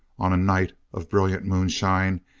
on a night of brilliant moonshine,